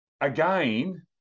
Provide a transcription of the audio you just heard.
Again